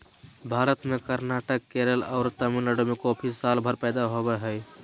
भारत में कर्नाटक, केरल आरो तमिलनाडु में कॉफी सालभर पैदा होवअ हई